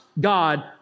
God